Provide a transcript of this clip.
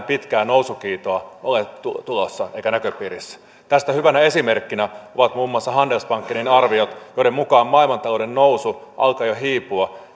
pitkää nousukiitoa ole tulossa eikä näköpiirissä tästä hyvänä esimerkkinä ovat muun muassa handelsbankenin arviot joiden mukaan maailmantalouden nousu alkaa jo hiipua